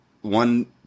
one